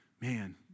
man